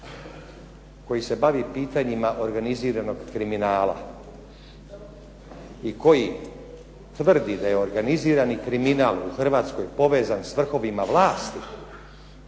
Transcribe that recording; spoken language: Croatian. koji se bavi pitanjima organiziranog kriminala i koji tvrdi da je organizirani kriminal u Hrvatskoj povezan s vrhovima vlasti